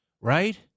right